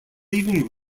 leaving